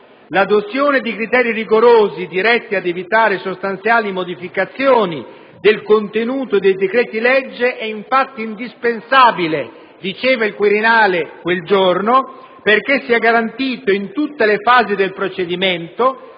«L'adozione di criteri rigorosi, diretti ad evitare sostanziali modificazioni del contenuto dei decreti-legge, è infatti indispensabile» - diceva il Quirinale quel giorno - «perché sia garantito in tutte le fasi del procedimento